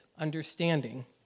understanding